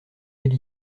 elle